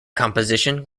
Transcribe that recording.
composition